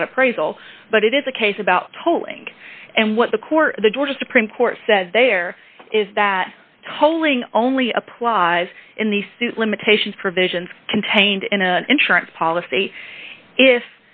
about appraisal but it is a case about tolling and what the court the georgia supreme court said there is that tolling only applies in the suit limitations provisions contained in a insurance policy if